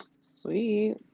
Sweet